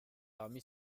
parmi